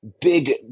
big